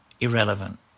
irrelevant